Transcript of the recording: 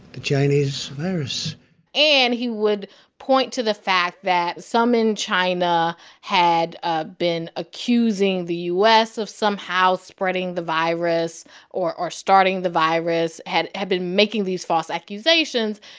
the chinese virus and he would point to the fact that some in china had ah been accusing the u s. of somehow spreading the virus or or starting the virus, had had been making these false accusations.